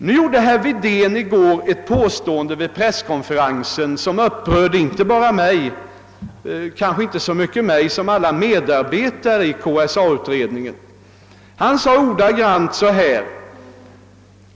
Vid folkpartiets presskonferens i går gjorde herr Wedén ett påstående som upprörde kanske inte så mycket mig som alla medarbetare i KSA-utredningen.